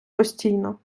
постійно